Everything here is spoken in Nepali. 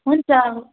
हुन्छ